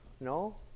No